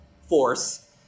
force